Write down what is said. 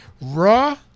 Raw